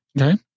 Okay